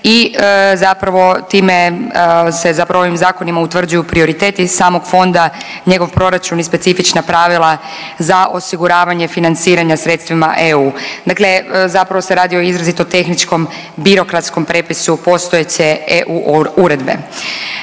I zapravo time se zapravo ovim zakonima utvrđuju prioriteti iz samog fonda, njegov proračun i specifična pravila za osiguravanje financiranja sredstvima EU. Dakle, zapravo se radi o izrazito tehničkom birokratskom prepisu postojeće EU uredbe.